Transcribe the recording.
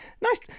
Nice